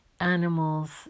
animals